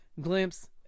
glimpse